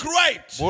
right